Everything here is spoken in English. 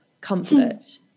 comfort